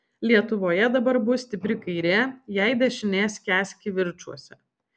lietuvoje dabar bus stipri kairė jei dešinė skęs kivirčuose